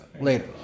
later